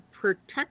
protect